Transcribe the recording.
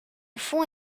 fonds